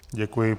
Děkuji.